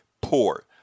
poor